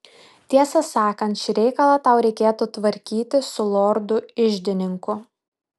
tiesą sakant šį reikalą tau reikėtų tvarkyti su lordu iždininku